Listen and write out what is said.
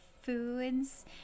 foods